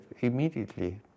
immediately